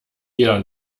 jeder